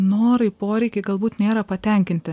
norai poreikiai galbūt nėra patenkinti